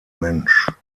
mensch